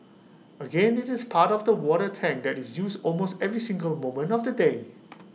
again IT is part of the water tank that is used almost every single moment of the day